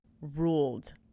ruled